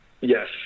Yes